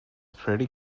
pretty